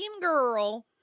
girl